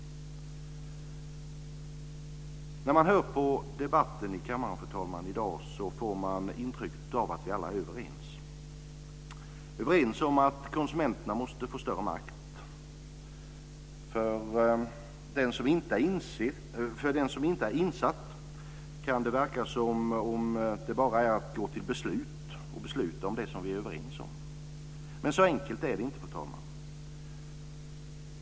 När man hör debatten i kammaren i dag får man ett intryck av att vi alla är överens om att konsumenterna måste få större makt. För den som inte är insatt kan det verka som om det bara är att gå till beslut om det som vi är överens om. Men så enkelt är det inte, fru talman.